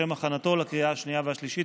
לשם הכנתו לקריאה השנייה והשלישית.